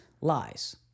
lies